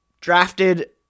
drafted